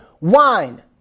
wine